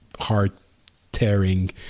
heart-tearing